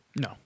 No